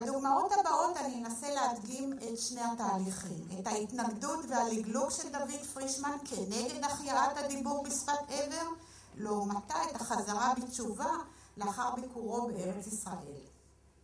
בדוגמאות הבאות אני אנסה להדגים את שני התהליכים. את ההתנגדות והלגלוג של דוד פרישמן כנגד החייאת הדיבור בשפת עבר, לעומתה את החזרה בתשובה לאחר ביקורו בארץ ישראל.